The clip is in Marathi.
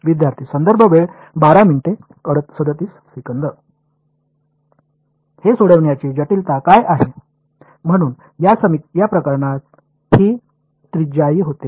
विद्यार्थी हे सोडविण्याची जटिलता काय आहे म्हणून या प्रकरणात हे त्रिज्यायी होते